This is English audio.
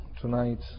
Tonight